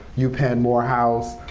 u penn, morehouse,